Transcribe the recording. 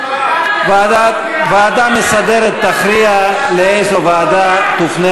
הוועדה המסדרת תכריע לאיזו ועדה תופנה